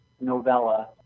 novella